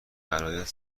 برایت